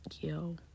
yo